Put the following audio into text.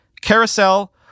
carousel